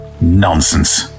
Nonsense